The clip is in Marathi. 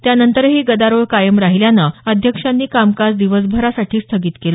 त्यानंतरही गदारोळ कायम राहिल्यानं अध्यक्षांनी कामकाज दिवसभरासाठी स्थगित केलं